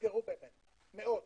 נסגרו באמת מאות.